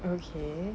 okay